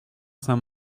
saint